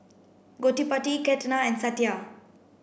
Gottipati Ketna and Satya